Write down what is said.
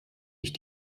ich